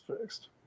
fixed